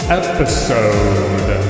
episode